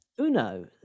Uno